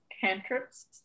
cantrips